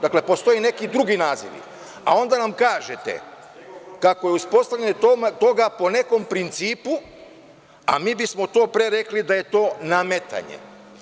Dakle, postoje neki drugi nazivi, a onda nam kažete kako je uspostavljanje toga po nekom principu, a mi bismo pre rekli da je to nametanje.